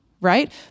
Right